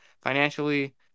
financially